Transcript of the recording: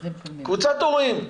קבוצת הורים,